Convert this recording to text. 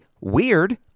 weird